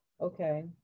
Okay